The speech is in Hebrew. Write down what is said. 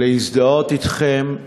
להזדהות אתכם,